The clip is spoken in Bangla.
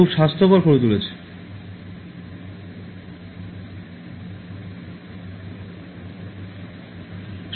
এবং ব্যবহার এবং নিক্ষেপ পণ্যগুলি কিনুন এড়িয়ে চলুন তাই আজকাল কখনও কখনও এতগুলি জিনিস ব্যবহার হয়ে গেছে এবং আপনি এটি একবার ব্যবহার করতে পারেন এবং এটি মেরামত করতে গেলে আপনাকে এড়াতে হবে